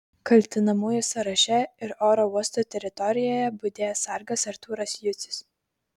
kaltinamųjų sąraše ir oro uosto teritorijoje budėjęs sargas artūras jucius